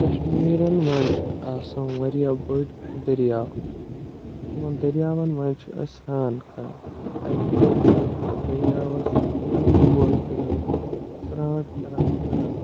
کَشمیٖرَن منٛز چھِ آسان واریاہ بٔڑۍ دریاو تِمَن دریاوَن منٛز چھِ أسۍ سران کران اَکہِ دۄہ چھُس بہٕ دریاوَس اورٕ یور توٚرمُت سرانٛٹھ کران کران